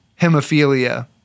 hemophilia